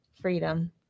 Freedom